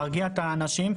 להרגיע את האנשים,